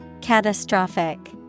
Catastrophic